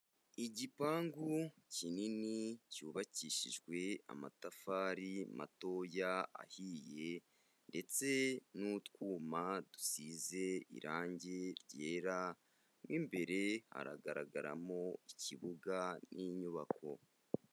Igipangu kinini, cyubakishijwe amatafari matoya ahiye ndetse n'utwuma dusize irangi ryera, mo imbere haragaragaramo ikibuga n'inyubako.